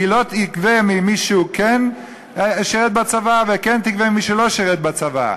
היא לא תגבה ממי שכן שירת בצבא וכן תגבה ממי שלא שירת בצבא.